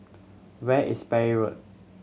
where is Parry Road